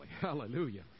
Hallelujah